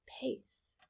pace